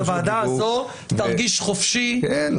בוועדה הזאת תרגיש חופשי --- כן,